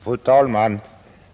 Fru talman!